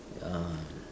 ya